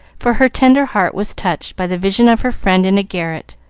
for her tender heart was touched by the vision of her friend in a garret,